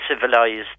civilized